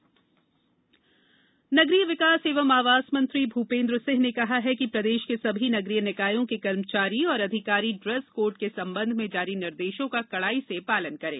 dress code नगरीय विकास एवं आवास मंत्री भूपेन्द्र सिंह ने कहा है कि प्रदेश के सभी नगरीय निकायों के कर्मचारी एवं अधिकारी ड्रेस कोड के संबंध में जारी निदेशों का कड़ाई से पालन करें